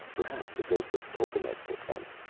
perhaps the ghost of tolkemec took them.